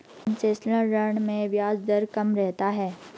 concessional ऋण में ब्याज दर कम रहता है